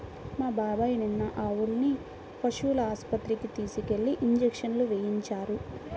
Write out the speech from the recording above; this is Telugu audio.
మా బాబాయ్ నిన్న ఆవుల్ని పశువుల ఆస్పత్రికి తీసుకెళ్ళి ఇంజక్షన్లు వేయించారు